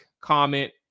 comment